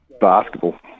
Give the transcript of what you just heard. basketball